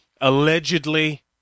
allegedly